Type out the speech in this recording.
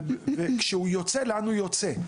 וכשהוא יוצא לאן הוא יוצא,